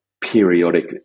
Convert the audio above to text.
periodic